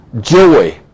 joy